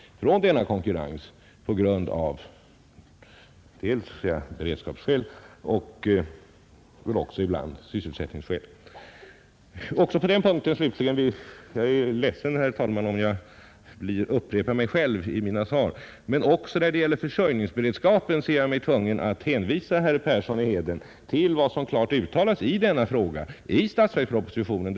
Vad herr Persson önskar är att vi av beredskapsskäl och väl också ibland sysselsättningsskäl skall skydda den svenska industrin från denna konkurrens. Jag är ledsen, herr talman, om jag nu upprepar mig, men även när det gäller försörjningsberedskapen ser jag mig tvungen att hänvisa herr Persson i Heden till vad som klart uttalats i statsverkspropositionen i denna fråga.